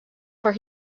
for